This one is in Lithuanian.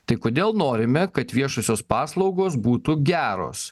tai kodėl norime kad viešosios paslaugos būtų geros